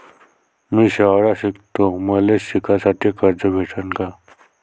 मी शाळा शिकतो, मले शिकासाठी कर्ज भेटन का?